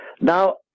Now